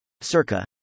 Circa